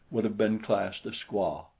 would have been classed a squaw.